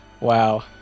Wow